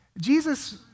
Jesus